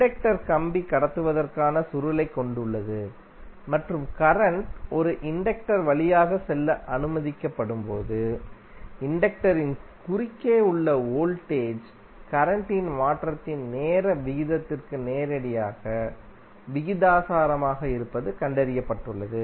inductor கம்பி கடத்துவதற்கான சுருளைக் கொண்டுள்ளது மற்றும் கரண்ட் ஒரு இண்டக்டரின் வழியாக செல்ல அனுமதிக்கப்படும்போது இண்டக்டரின் குறுக்கே உள்ள வோல்டேஜ் கரண்டின் மாற்றத்தின் நேர விகிதத்திற்கு நேரடியாக விகிதாசாரமாக இருப்பது கண்டறியப்பட்டுள்ளது